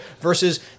versus